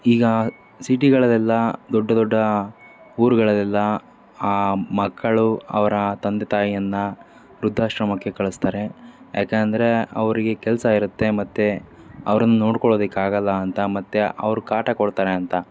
ಈಗ ಸಿಟಿಗಳಲ್ಲೆಲ್ಲ ದೊಡ್ಡ ದೊಡ್ಡ ಊರುಗಳಲ್ಲೆಲ್ಲ ಮಕ್ಕಳು ಅವರ ತಂದೆ ತಾಯಿಯನ್ನು ವೃದ್ಧಾಶ್ರಮಕ್ಕೆ ಕಳಿಸ್ತಾರೆ ಯಾಕೆ ಅಂದರೆ ಅವರಿಗೆ ಕೆಲಸ ಇರುತ್ತೆ ಮತ್ತು ಅವ್ರನ್ನು ನೋಡ್ಕೊಳೊದಕ್ಕಾಗಲ್ಲ ಅಂತ ಮತ್ತು ಅವ್ರು ಕಾಟ ಕೊಡ್ತಾರೆ ಅಂತ